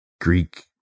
Greek